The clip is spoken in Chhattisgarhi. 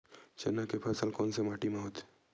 चना के फसल कोन से माटी मा होथे?